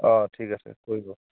অ ঠিক আছে কৰিব